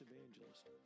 Evangelist